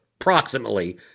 approximately